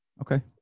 Okay